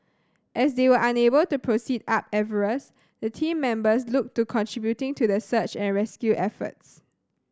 as they were unable to proceed up Everest the team members looked to contributing to the search and rescue efforts